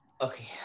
okay